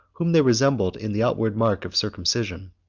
whom they resembled in the outward mark of circumcision.